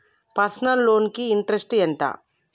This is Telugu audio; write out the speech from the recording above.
పర్సనల్ లోన్ కి ఇంట్రెస్ట్ ఎంత?